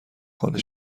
خانه